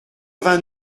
vingt